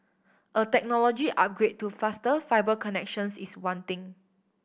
a technology upgrade to faster fibre connections is wanting